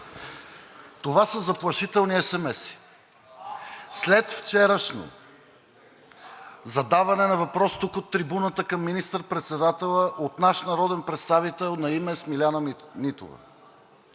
на хартия.) След вчерашно задаване на въпрос тук от трибуната към министър-председателя от наш народен представител на име Смиляна Нитова